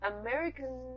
American